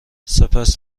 سپس